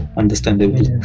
understandable